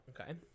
Okay